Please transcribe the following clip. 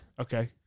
Okay